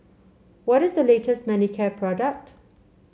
what is the latest Manicare product